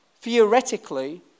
theoretically